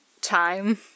time